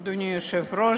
אדוני היושב-ראש,